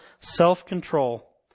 self-control